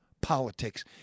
politics